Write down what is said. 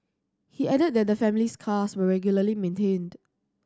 he added that the family's cars were regularly maintained